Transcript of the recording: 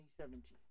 2017